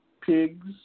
pigs